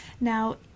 Now